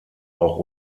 auch